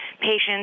patients